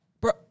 Bro